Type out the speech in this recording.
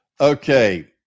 Okay